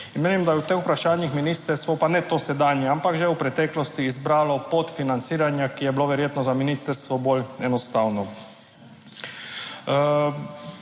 In menim, da je v teh vprašanjih ministrstvo, pa ne to sedanje, ampak že v preteklosti izbralo pot financiranja, ki je bilo verjetno za ministrstvo bolj enostavno.